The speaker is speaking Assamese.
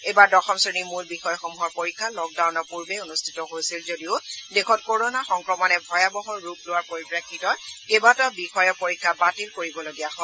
এইবাৰ দশম শ্ৰেণীৰ মূল বিষয়সমূহৰ পৰীক্ষা লকডাউনৰ পূৰ্বে অনুষ্ঠিত হৈছিল যদিও দেশত কৰনা সংক্ৰমণে ভয়াৱহ ৰূপ লোৱাৰ পৰিপ্ৰেক্ষিতত কেইবাটাও বিষয়ৰ পৰীক্ষা বাতিল কৰিব লগীয়া হয়